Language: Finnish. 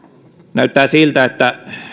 näyttää siltä että